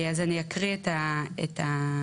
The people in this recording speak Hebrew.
אני אקריא את הנוסח.